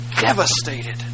devastated